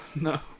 no